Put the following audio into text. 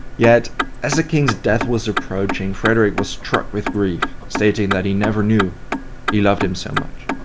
yet as the king's death was approaching, frederick was struck with grief stating that he never knew he loved him so much.